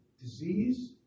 disease